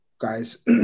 guys